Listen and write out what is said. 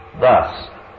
Thus